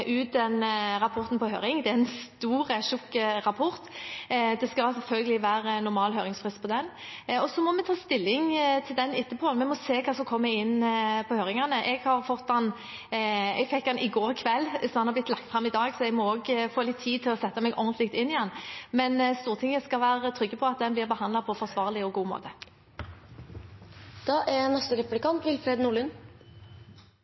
ta stilling til den etterpå. Vi må se hva som kommer inn fra høringene. Jeg fikk den i går kveld, og den ble lagt fram i dag, så jeg må også få litt tid til å sette meg ordentlig inn i den. Men Stortinget skal være trygg på at den blir behandlet på en forsvarlig og god måte. Grunnen til at statsråden er